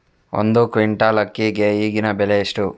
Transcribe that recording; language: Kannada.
ಒಂದು ಕ್ವಿಂಟಾಲ್ ಅಕ್ಕಿಗೆ ಈಗಿನ ಬೆಲೆ ಎಷ್ಟು?